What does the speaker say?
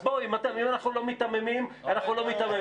אז בואו, אם אנחנו לא מיתממים, אנחנו לא מיתממים.